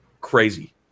crazy